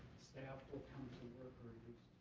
staff will come to work or